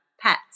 pets